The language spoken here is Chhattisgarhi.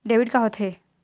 डेबिट का होथे?